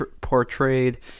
portrayed